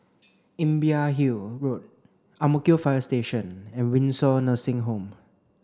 Imbiah Hill Road Ang Mo Kio Fire Station and Windsor Nursing Home